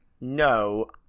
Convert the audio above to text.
no